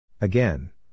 Again